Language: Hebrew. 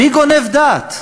מי גונב דעת?